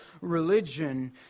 religion